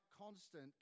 constant